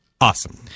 Awesome